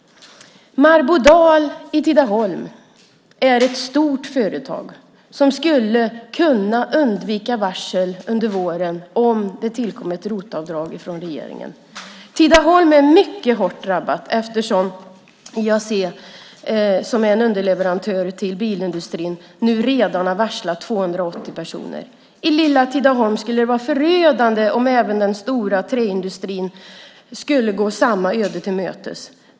Marbodal i Tidaholm är ett stort företag som skulle kunna undvika varsel under våren om det tillkom ett ROT-avdrag från regeringen. Tidaholm är mycket hårt drabbat eftersom IAC, som är en underleverantör till bilindustrin, nu redan har varslat 280 personer. I lilla Tidaholm skulle det vara förödande om även den stora träindustrin skulle gå samma öde till mötes.